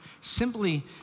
simply